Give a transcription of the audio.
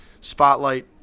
Spotlight